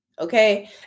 okay